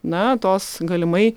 na tos galimai